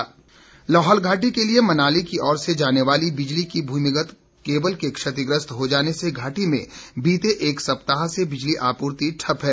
बिजली लाहौल घाटी के लिए मनाली की ओर से जाने वाली बिजली की भूमिगत केबल के क्षतिग्रस्त हो जाने से घाटी में बीते एक सप्ताह से बिजली आपूर्ति ठप्प है